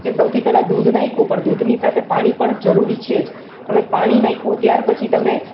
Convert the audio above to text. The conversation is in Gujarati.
કે સૌથી પહેલા દૂધ નાખ્યું પણ દૂધની સાથે પાણી પણ જરૂરી છે જ અવે પાણી નાખ્યું ત્યાર પછી તમે